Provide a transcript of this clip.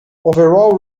overall